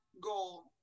goal